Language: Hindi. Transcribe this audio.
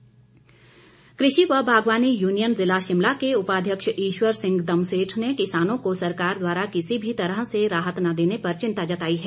बागवानी यूनियन कृषि व बागवानी यूनियन जिला शिमला के उपाध्यक्ष ईश्वर सिंह दमसेठ ने किसानों को सरकार द्वारा किसी भी तरह की राहत न देने पर चिंता जताई है